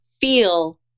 feel